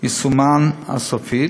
יישומן הסופי,